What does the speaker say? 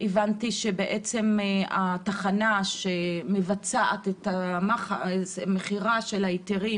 הבנתי שהתחנה שמבצעת את המכירה של ההיתרים